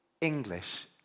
English